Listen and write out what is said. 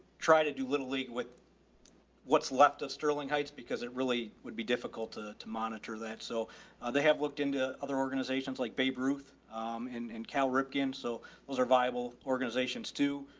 try to do little league with what's left of sterling heights because it really would be difficult to, to monitor that. so they have looked into other organizations like babe ruth and and cal ripkin. so those are viable organizations to,